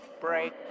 break